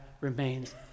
remains